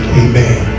amen